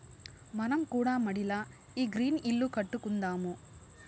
మనం కూడా మడిల ఈ గ్రీన్ ఇల్లు కట్టుకుందాము